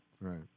Right